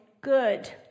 good